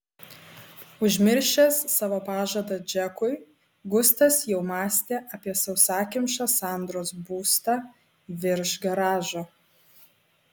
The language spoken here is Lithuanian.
užmiršęs savo pažadą džekui gustas jau mąstė apie sausakimšą sandros būstą virš garažo